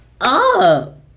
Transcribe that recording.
up